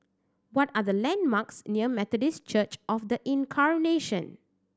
what are the landmarks near Methodist Church Of The Incarnation